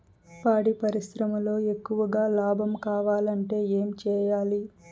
పాడి పరిశ్రమలో ఎక్కువగా లాభం కావాలంటే ఏం చేయాలి?